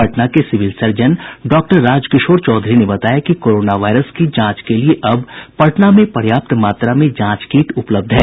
पटना के civil surgeon doctor Rajkishore Chaudhary ने बताया कि कोरोना वायरस की जांच के लिये अब पटना में पर्याप्त मात्रा में जांच किट उपलब्ध है